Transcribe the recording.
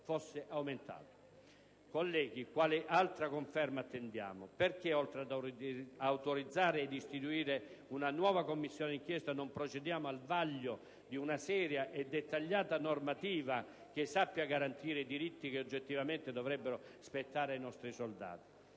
Colleghi, quale altra conferma attendiamo? Perché oltre ad autorizzare ed istituire una nuova Commissione d'inchiesta non procediamo al vaglio di una seria e dettagliata normativa che sappia garantire i diritti che oggettivamente dovrebbero spettare ai nostri soldati?